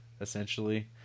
essentially